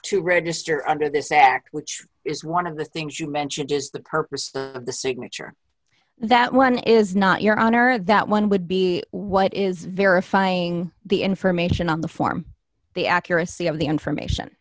to register under this act which is one of the things you mentioned is the purpose of the signature that one is not your honor that one would be what is verifying the information on the form the accuracy of the information